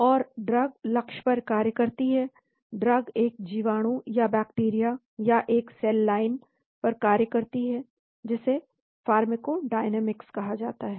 और ड्रग लक्ष्य पर कार्य करती है ड्रग एक जीवाणु या बैक्टीरिया या एक सेल लाइन पर कार्य करती है जिसे फ़ार्माकोडायनामिक्स कहा जाता है